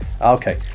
Okay